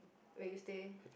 where you stay